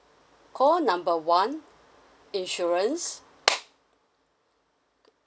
call number one insurance